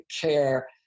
care